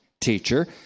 teacher